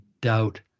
doubt